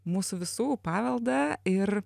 mūsų visų paveldą ir